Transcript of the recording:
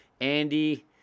andy